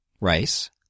rice